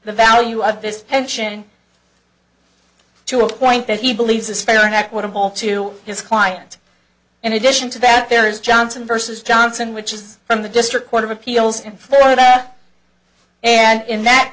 the value of this pension to a point that he believes is fair and equitable to his client in addition to that there is johnson versus johnson which is from the district court of appeals in florida and in that